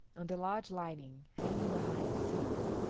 on the lodge lining, hanging behind the seats,